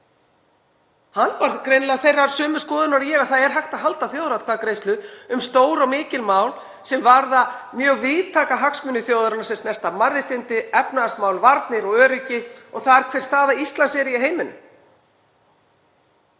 Hann var greinilega sömu skoðunar og ég að það væri hægt að halda þjóðaratkvæðagreiðslu um stór og mikil mál sem varða mjög víðtæka hagsmuni þjóðarinnar, sem snerta mannréttindi, efnahagsmál, varnir og öryggi og það hver staða Íslands er í heiminum.